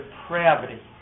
depravity